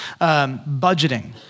Budgeting